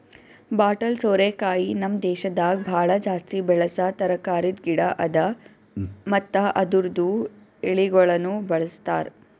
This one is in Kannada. ಬಾಟಲ್ ಸೋರೆಕಾಯಿ ನಮ್ ದೇಶದಾಗ್ ಭಾಳ ಜಾಸ್ತಿ ಬೆಳಸಾ ತರಕಾರಿದ್ ಗಿಡ ಅದಾ ಮತ್ತ ಅದುರ್ದು ಎಳಿಗೊಳನು ಬಳ್ಸತಾರ್